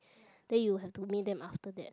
then you have to bring them after that